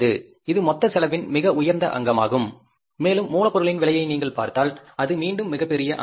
இது மொத்த செலவின் மிக உயர்ந்த அங்கமாகும் மேலும் மூலப்பொருளின் விலையை நீங்கள் பார்த்தால் அது மீண்டும் மிகப்பெரிய அங்கமாகும்